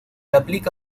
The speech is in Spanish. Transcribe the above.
aplica